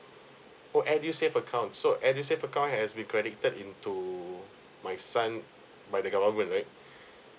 oh edu save account so edu save account has has been credited into my son by the government right